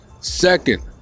Second